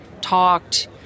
talked